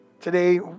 Today